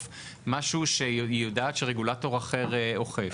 משהו שהיא יודעת שרגולטור אחר אוכף.